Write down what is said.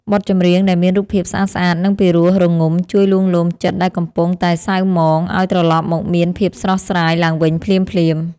បទចម្រៀងដែលមានរូបភាពស្អាតៗនិងពីរោះរងំជួយលួងលោមចិត្តដែលកំពុងតែសៅហ្មងឱ្យត្រឡប់មកមានភាពស្រស់ស្រាយឡើងវិញភ្លាមៗ។